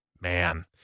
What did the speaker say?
man